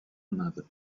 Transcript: another